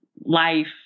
life